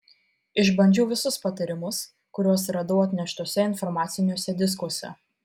išbandžiau visus patarimus kuriuos radau atneštuose informaciniuose diskuose